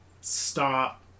stop